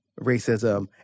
racism